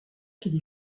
qu’il